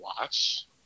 watch